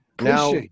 Now